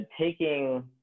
taking